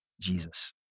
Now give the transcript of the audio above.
Jesus